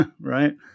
right